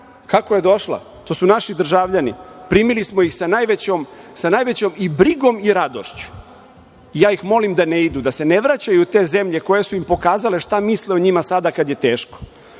Kako je došla? To su naši državljani. Primili smo ih sa najvećom i brigom i radošću. Ja ih molim da ne idu, da se ne vraćaju u te zemlje koje su im pokazale šta misle o njima sada kad je teško,